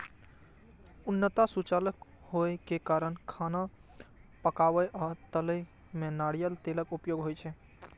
उष्णता सुचालक होइ के कारण खाना पकाबै आ तलै मे नारियल तेलक उपयोग होइ छै